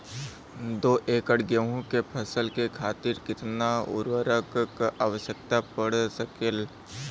दो एकड़ गेहूँ के फसल के खातीर कितना उर्वरक क आवश्यकता पड़ सकेल?